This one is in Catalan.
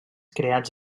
creats